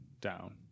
down